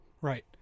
Right